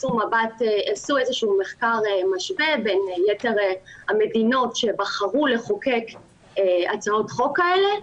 עשה איזשהו מחקר משווה בין יתר המדינות שבחרו לחוקק הצעות חוק כאלה,